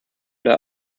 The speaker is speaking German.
der